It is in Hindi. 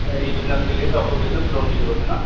यही बिजनेस के लिए तो आपको बिजनेस लोन की जरूरत है ना